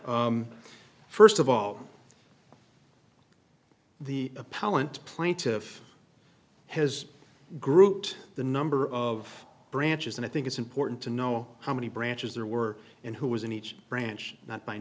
here first of all the appellant plaintiff has groot the number of branches and i think it's important to know how many branches there were and who was in each branch not by